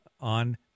on